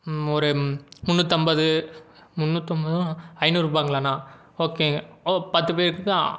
ஒரு முந்நூற்றி ஐம்பது முந்நூற்றி ஐம்பதும் ஐநூறு ரூபாங்களா அண்ணா ஓகேங்க ஓ பத்து பேருக்கு ஆ